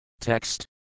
Text